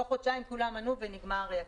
תוך חודשיים כולם ענו ונגמר הכסף.